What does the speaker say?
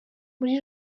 muri